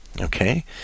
Okay